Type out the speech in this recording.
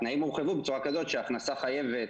התנאים הורחבו בצורה כזאת שהכנסה חייבת,